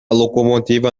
locomotiva